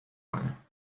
کنم